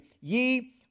ye